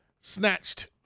Snatched